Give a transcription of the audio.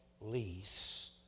lease